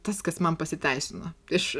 tas kas man pasiteisino iš